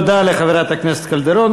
תודה לחברת הכנסת קלדרון.